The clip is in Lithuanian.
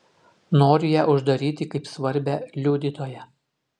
nori ją uždaryti kaip svarbią liudytoją